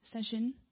session